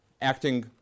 Acting